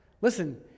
Listen